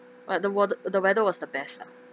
but the what the the weather was the best lah